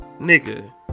Nigga